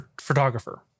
photographer